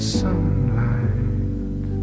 sunlight